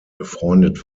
befreundet